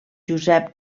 josep